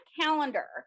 calendar